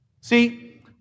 See